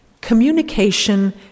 Communication